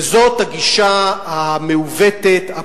וזאת הגישה המעוותת, הפסולה,